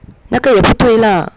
那个也不对 lah